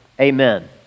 Amen